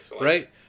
Right